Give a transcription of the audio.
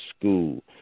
school